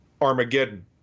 Armageddon